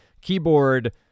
keyboard